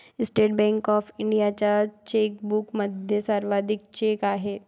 state bank of इंडियाच्या चेकबुकमध्ये सर्वाधिक चेक आहेत